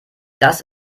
das